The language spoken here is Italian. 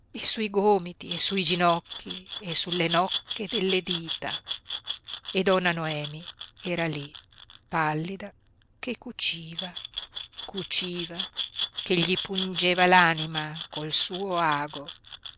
sui gomiti e sui ginocchi e sulle nocche delle dita e donna noemi era lí pallida che cuciva cuciva che gli pungeva l'anima col suo ago